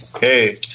hey